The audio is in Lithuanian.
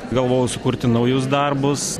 galvojau sukurti naujus darbus